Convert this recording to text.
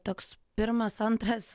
toks pirmas antras